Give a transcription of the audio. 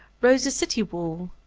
rose the city wall,